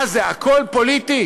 מה זה, הכול פוליטי?